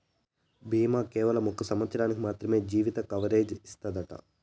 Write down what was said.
ఈ బీమా కేవలం ఒక సంవత్సరానికి మాత్రమే జీవిత కవరేజ్ ఇస్తాదట